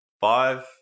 five